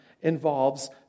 involves